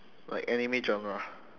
like anime genre